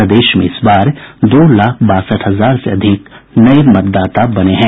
प्रदेश में इस बार दो लाख बासठ हजार से अधिक नये मतदाता बने हैं